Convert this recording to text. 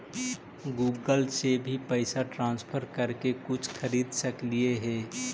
Google से भी पैसा ट्रांसफर कर के कुछ खरिद सकलिऐ हे?